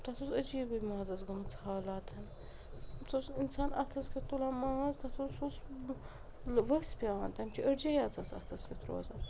تَتھ اوس عٔجیٖبٕے مازَس گٔمٕژ حالات سُہ اوس اِنسان اَتھَس کیٚتھ تُلان ماز تَتھ اوس سُہ اوس ٲں ؤسۍ پیٚوان تَمچہِ أڈجہِ یٲژ آسان اَتھَس کیٚتھ روزان